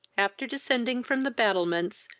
after descending from the battlements,